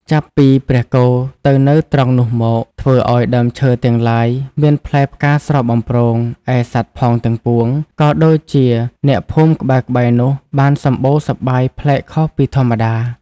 ចាប់ពីព្រះគោទៅនៅត្រង់នោះមក ធ្វើឲ្យដើមឈើទាំងឡាយមានផ្លែផ្កាស្រស់បំព្រង ឯសត្វផងទាំងពួង ក៏ដូចជាអ្នកភូមិក្បែរៗនោះបានសម្បូរសប្បាយប្លែកខុសពីធម្មតា ។